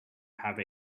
have